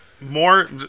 more